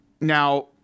Now